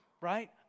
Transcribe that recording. right